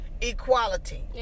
equality